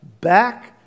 back